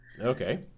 Okay